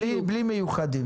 בלי מיוחדים.